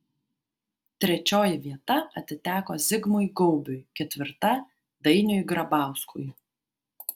trečioji vieta atiteko zigmui gaubiui ketvirta dainiui grabauskui